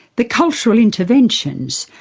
the cultural interventions,